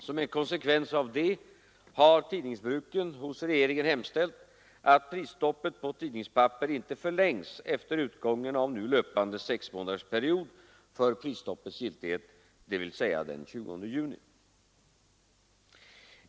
Som en konsekvens härav har Tidningsbruken hos regeringen hemställt att prisstoppet på tidningspapper inte förlängs efter utgången av nu löpande sexmånadersperiod för prisstoppets giltighet, dvs. den 20 juni.